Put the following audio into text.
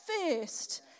first